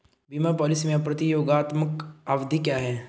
बीमा पॉलिसी में प्रतियोगात्मक अवधि क्या है?